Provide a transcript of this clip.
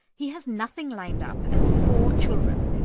he has nothing lined up and four children.